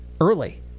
early